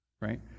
right